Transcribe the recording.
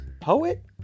poet